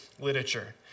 literature